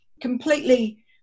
completely